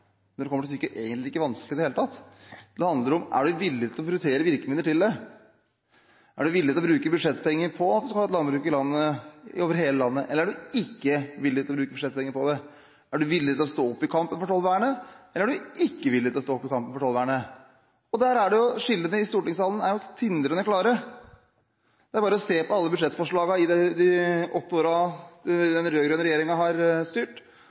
når det kommer til stykket, egentlig ikke vanskelig i det hele tatt. Det handler om man er villig til å prioritere virkemidler til landbruket. Er man villig til å bruke budsjettpenger, sånn at man kan ha landbruk over hele landet, eller er man ikke villig til å bruke budsjettpenger på det? Er man villig til å stå opp i kampen for tollvernet, eller er man ikke villig til å stå opp i kampen for tollvernet? Skillene i stortingssalen er tindrende klare. Det er bare å se på alle budsjettforslagene gjennom de åtte årene den rød-grønne regjeringen har styrt,